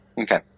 Okay